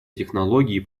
технологий